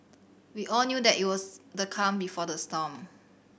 we all knew that it was the calm before the storm